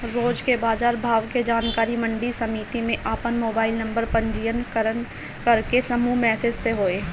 रोज के बाजार भाव के जानकारी मंडी समिति में आपन मोबाइल नंबर पंजीयन करके समूह मैसेज से होई?